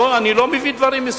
אני לא מביא דברים,